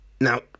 now